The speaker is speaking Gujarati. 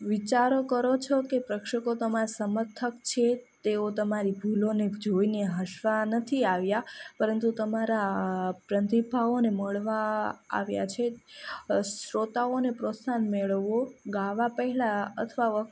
વિચારો કરો છો કે પ્રેક્ષકો તમારા સમર્થક છે તેઓ તમારી ભૂલોને જોઈને હસવા નથી આવ્યાં પરંતુ તમારા પ્રતિભાવોને માણવા આવ્યાં છે શ્રોતાઓનું પ્રોત્સાહન મેળવો ગાવા પહેલાં અથવા